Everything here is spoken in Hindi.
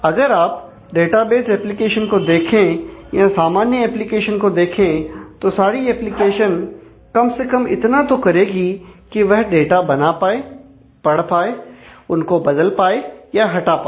अगर आप डेटाबेस एप्लीकेशन को देखें या सामान्य एप्लीकेशंस को देखें तो सारी एप्लीकेशन कम से कम इतना तो करेगी कि वह डाटा बना पाए पढ़ पाए उनको बदल पाए या हटा पाए